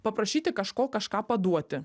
paprašyti kažko kažką paduoti